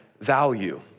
value